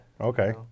Okay